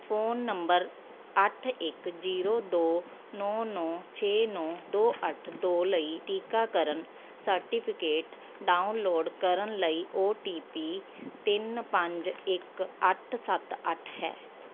phone number ਅੱਠ ਇੱਕ zero ਦੋ ਨੌਂ ਨੌਂ ਛੇ ਨੌਂ ਦੋ ਅੱਠ ਦੋ ਲਈ ਟੀਕਾਕਰਨ ਸਰਟੀਫਿਕੇਟ ਡਾਊਨਲੋਡ ਕਰਨ ਲਈ ਓਟੀਪੀ ਤਿੰਨ ਪੰਜ ਇੱਕ ਅੱਠ ਸੱਤ ਅੱਠ ਹੈ